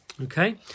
Okay